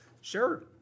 sure